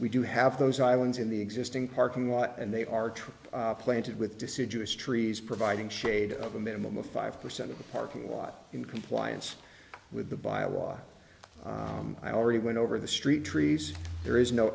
we do have those islands in the existing parking lot and they are true planted with deciduous trees providing shade of a minimum of five percent of the parking lot in compliance with the bylaws i already went over the street trees there is no